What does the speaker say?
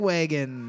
Wagon